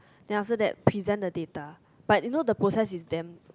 then after that present the data but you know the process is damn